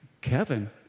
Kevin